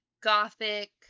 Gothic